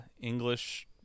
english